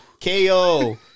Ko